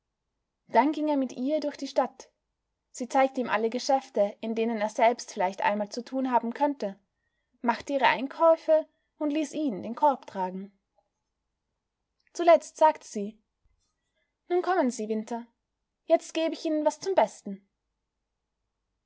dann ging er mit ihr durch die stadt sie zeigte ihm alle geschäfte in denen er selbst vielleicht einmal zu tun haben könnte machte ihre einkäufe und ließ ihn den korb tragen zuletzt sagte sie nun kommen sie winter jetzt geb ich ihnen was zum besten